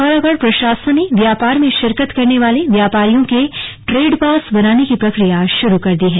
पिथौरागढ़ प्रशासन ने व्यापार में शिरकत करने वाले व्यापारियों के ट्रेडपास बनाने की प्रक्रिया शुरू कर दी है